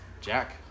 Jack